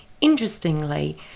interestingly